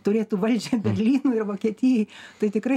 turėtų valdžią berlynui ir vokietijai tai tikrai